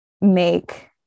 make